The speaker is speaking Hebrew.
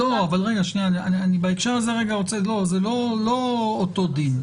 אני בהקשר הזה אני רגע רוצה, זה לא אותו דין.